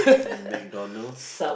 McDonalds